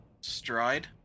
stride